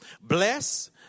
Bless